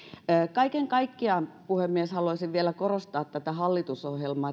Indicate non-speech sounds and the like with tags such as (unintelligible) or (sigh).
kaiken kaikkiaan puhemies haluaisin vielä korostaa tätä hallitusohjelmaa (unintelligible)